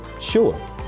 sure